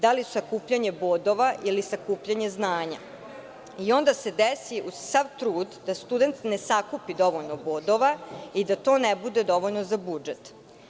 Da li sakupljanje bodova ili sakupljanje znanja i onda se desi uz sav trud da student ne sakupi dovoljno bodova i da to ne bude dovoljno za budžet.